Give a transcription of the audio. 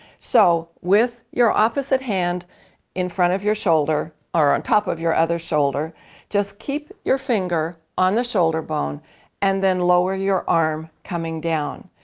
so with your opposite hand in front of your shoulder or on top of your other shoulder just keep your finger on the shoulder bone and then lower your arm coming down.